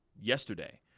yesterday